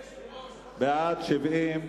בעד, 70,